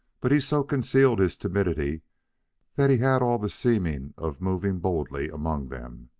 but he so concealed his timidity that he had all the seeming of moving boldly among them.